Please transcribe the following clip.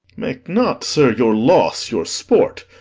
make not, sir, your loss your sport.